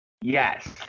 Yes